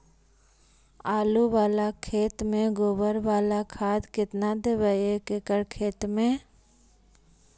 आलु बाला खेत मे गोबर बाला खाद केतना देबै एक एकड़ खेत में?